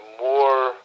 more